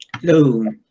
Hello